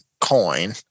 coin